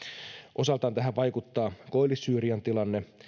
osaltaan tähän vaikuttaa koillis syyrian tilanne